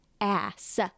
ass